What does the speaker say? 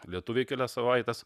lietuviai kelias savaites